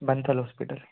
Bansal hospital